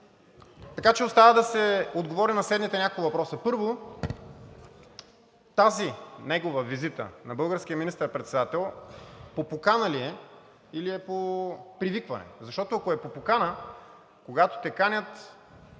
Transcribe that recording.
Така че остава да се отговори на следните няколко въпроса: 1. Тази негова визита на българския министър-председател по покана ли е, или е по привикване? Защото, ако е по покана, когато те канят,